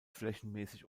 flächenmäßig